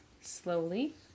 Slowly